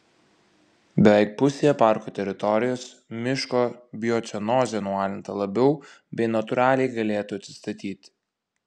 beveik pusėje parko teritorijos miško biocenozė nualinta labiau bei natūraliai galėtų atsistatyti